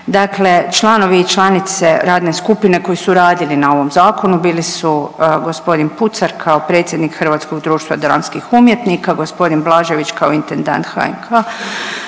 Dakle, članovi i članice radne skupine koji su radili na ovom zakonu bili su g. Pucar kao predsjednik Hrvatskog društva dramskih umjetnika, g. Blažević kao intendant HNK,